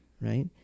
right